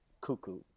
cuckoo